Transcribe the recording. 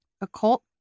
occult